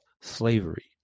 slavery